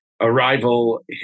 arrival